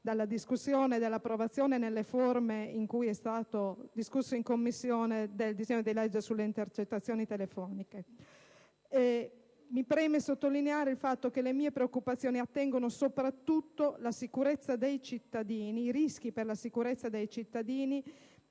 dalla discussione e dall'approvazione, nelle forme in cui è stato esaminato in Commissione, del disegno di legge sulle intercettazioni telefoniche. Mi preme sottolineare il fatto che le mie preoccupazioni attengono soprattutto ai rischi per la sicurezza dei cittadini